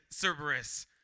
Cerberus